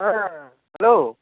হ্যাঁ হ্যালো